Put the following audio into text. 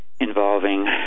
involving